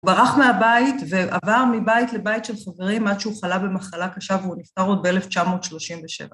הוא ברח מהבית ועבר מבית לבית של חברים עד שהוא חלה במחלה קשה והוא נפטר עוד ב-1937.